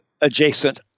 adjacent